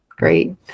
Great